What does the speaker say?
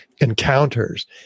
encounters